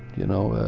you know,